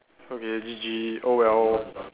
okay G G oh well